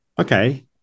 okay